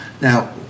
Now